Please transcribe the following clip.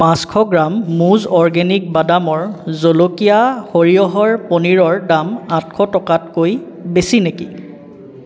পাঁচশ গ্ৰাম মুজ অৰ্গেনিক বাদামৰ জলকীয়া সৰিয়হৰ পনীৰৰ দাম আঠশ টকাতকৈ বেছি নেকি